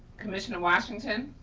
commissioner washington?